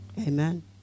Amen